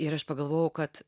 ir aš pagalvojau kad